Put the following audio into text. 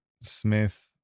Smith